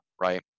right